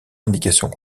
indications